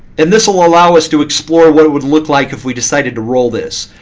and this will allow us to explore what it would look like if we decided to roll this.